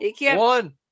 one